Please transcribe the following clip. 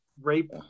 rape